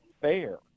fair